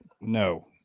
No